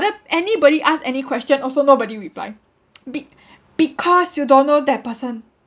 but anybody ask any question also nobody reply be~ because you don't know that person